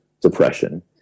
depression